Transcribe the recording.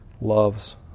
loves